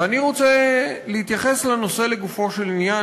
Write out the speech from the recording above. ואני רוצה להתייחס לנושא לגופו של עניין,